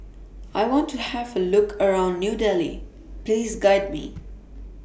I want to Have A Look around New Delhi Please Guide Me